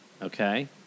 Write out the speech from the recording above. Okay